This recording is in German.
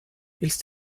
willst